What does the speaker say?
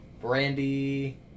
Brandy